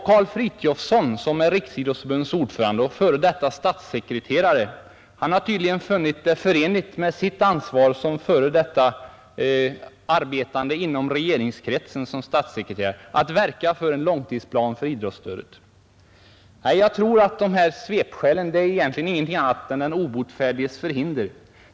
Karl Frithiofson, som är Riksidrottsförbundets ordförande, har tydligen funnit det förenligt med sitt ansvar som f. d. arbetande inom regeringskretsen som statssekreterare att verka för en långtidsplan för idrottsrörelsen. Jag tror att dessa svepskäl egentligen inte är någonting annat än den obotfärdiges förhinder.